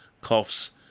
coughs